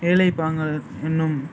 ஏழைப்பாங்காளர் என்னும்